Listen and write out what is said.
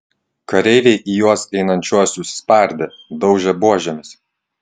kareiviai į juos einančiuosius spardė daužė buožėmis